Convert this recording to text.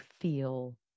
feel